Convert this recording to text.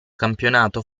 campionato